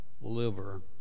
liver